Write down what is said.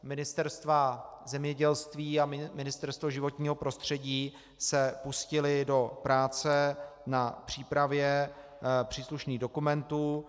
Ministerstvo zemědělství a Ministerstvo životního prostředí se pustily do práce na přípravě příslušných dokumentů.